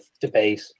debate